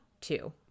two